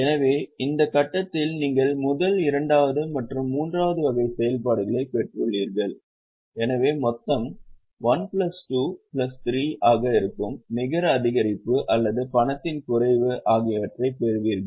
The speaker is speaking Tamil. எனவே இந்த கட்டத்தில் நீங்கள் முதல் இரண்டாவது மற்றும் மூன்றாவது வகை செயல்பாடுகளைப் பெற்றுள்ளீர்கள் எனவே மொத்தம் 1 பிளஸ் 2 பிளஸ் 3 ஆக இருக்கும் நிகர அதிகரிப்பு அல்லது பணத்தின் குறைவு ஆகியவற்றைப் பெறுவீர்கள்